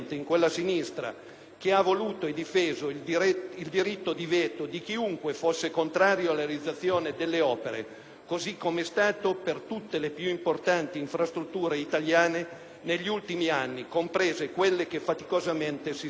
che ha voluto e difeso il diritto di veto di chiunque fosse contrario alla realizzazione delle opere, cosı come estato per tutte le piu importanti infrastrutture italiane negli ultimi anni, comprese quelle che faticosamente si stanno realizzando.